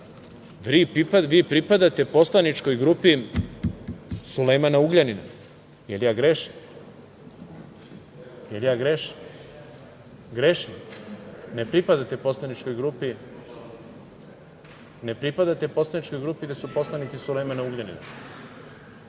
vi pripadate poslaničkoj grupi Sulejmana Ugljanina. Jel ja grešim? Jel ja grešim? Grešim? Ne pripadate poslaničkoj grupi gde su poslanici Sulejmana Ugljanina?